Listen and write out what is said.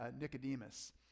Nicodemus